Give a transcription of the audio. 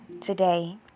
Today